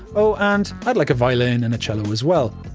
oh, and i'd like a violin and a cello as well.